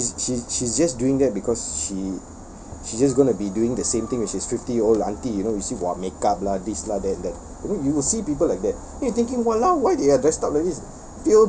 she she's she's just doing that because she she just gonna be doing the same thing when she's fifty years old auntie you know you see !wah! makeup lah this lah that that you know we'll see people like that then you thinking !walao! why they are dressed up like this